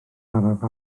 araf